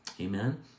Amen